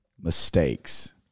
mistakes